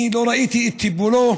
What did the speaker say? אני לא ראיתי את טיפולו